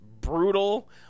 brutal